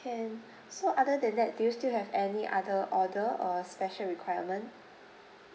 can so other than that do you still have any other order or special requirement